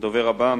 הדובר הבא,